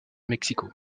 mexico